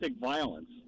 violence